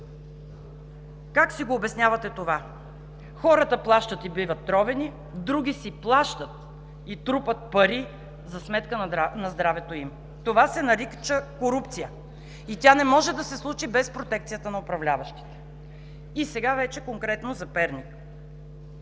Как си го обяснявате това: хората плащат и биват тровени, други си плащат и трупат пари за сметка на здравето им?! Това се нарича корупция и тя не може да се случи без протекцията на управляващите. И сега вече конкретно за Перник.